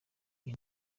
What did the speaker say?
iyi